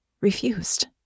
Refused